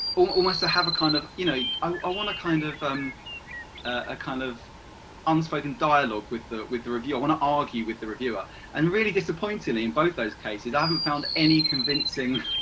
almost to have a kind of, you know i want to kind of um a kind of unspoken dialogue with the with the review, i want to argue with the reviewer and disappointingly in both those cases i haven't found any convincing.